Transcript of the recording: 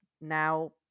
now